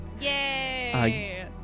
Yay